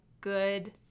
good